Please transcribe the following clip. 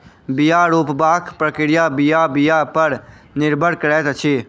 बीया रोपबाक प्रक्रिया बीया बीया पर निर्भर करैत अछि